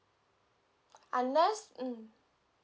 unless mm